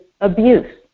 abuse